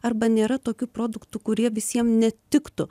arba nėra tokių produktų kurie visiem netiktų